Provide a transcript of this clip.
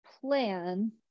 plan